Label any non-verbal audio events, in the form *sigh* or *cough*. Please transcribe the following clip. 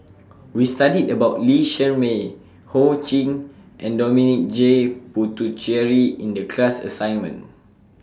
*noise* We studied about Lee Shermay Ho Ching and Dominic J Puthucheary in The class assignment